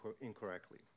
incorrectly